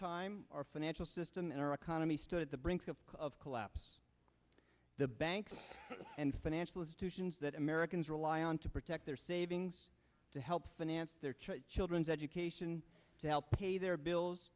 time our financial system and our economy stood at the brink of collapse the banks and financial institutions that americans rely on to protect their savings to help finance their child children's education to help pay their bills